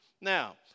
Now